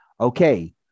Okay